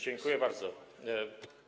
Dziękuję bardzo.